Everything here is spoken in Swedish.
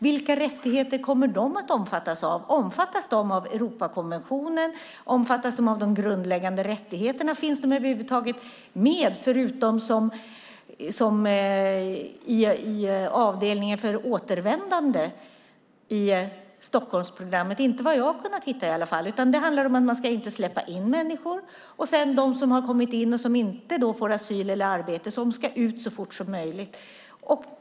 Vilka rättigheter kommer de att omfattas av? Omfattas de av Europakonventionen? Omfattas de av de grundläggande rättigheterna? Finns de över huvud taget med, förutom i avdelningen för återvändande, i Stockholmsprogrammet? Inte vad jag har kunnat hitta i alla fall! Det handlar om att man inte ska släppa in människor. De som har kommit in och som inte får asyl eller arbete ska ut så fort som möjligt.